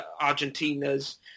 Argentina's